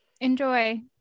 Enjoy